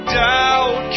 doubt